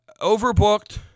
Overbooked